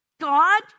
God